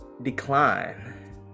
Decline